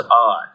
odd